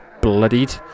bloodied